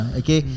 okay